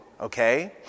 okay